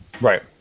Right